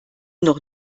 noch